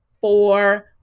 four